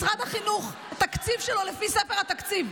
משרד החינוך, התקציב שלו לפי ספר התקציב: